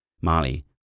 Molly